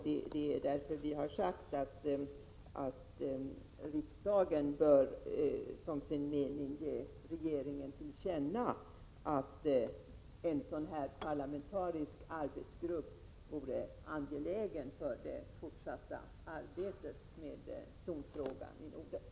Det är därför vi har sagt att riksdagen bör som sin mening ge regeringen till känna att en sådan parlamentarisk arbetsgrupp är angelägen för det fortsatta arbetet med zonfrågan i Norden.